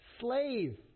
slave